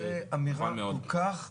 זה אמירה כל כך נכונה.